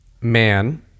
man